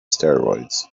steroids